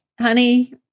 Honey